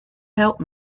help